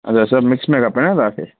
अच्छा सभु मिक्स में खपे न तव्हांखे